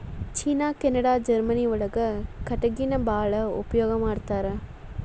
ಚೇನಾ Canada Germany ಒಳಗ ಕಟಗಿನ ಬಾಳ ಉಪಯೋಗಾ ಮಾಡತಾರ